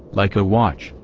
like a watch,